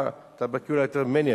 אתה בקי אולי יותר ממני,